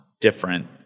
different